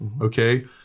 Okay